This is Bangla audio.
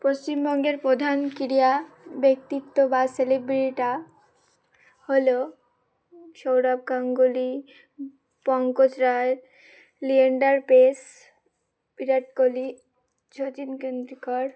পশ্চিমবঙ্গের প্রধান ক্রীড়া ব্যক্তিত্ব বা সেলিব্রিটিটা হলো সৌরভ গাঙ্গুলি পঙ্কজ রায় লিয়েন্ডার পেস বিরাট কোহলি শচীন তেন্ডুলকার